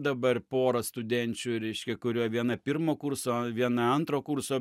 dabar porą studenčių reiškia kurių viena pirmo kurso viena antro kurso